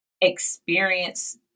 experience